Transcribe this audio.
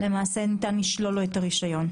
למעשה ניתן לשלול לו את הרישיון.